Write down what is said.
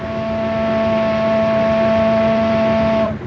and